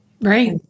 Right